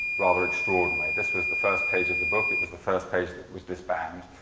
rather extraordinary. this was the first page of the book. it was the first page that was disband.